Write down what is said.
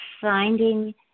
finding